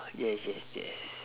yes yes yes